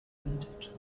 winterthur